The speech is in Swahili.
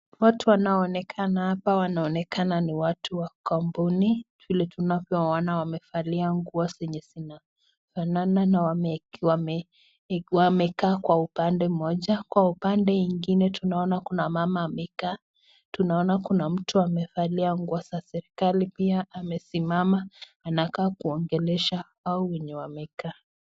Watu wanao onekana hapa wanaonekana ni watu wa kampuni. Vile tunavyona wamevalia nguo zenye zinafanana na wamekaa kwa upande mmoja. Kwa upande mwingine tunaona kuna mama amekaa. Tunaona kuna mtu amevalia nguo za serikali pia amesimama anakaa kuongelesha hao wenye wamekaa.